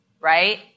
right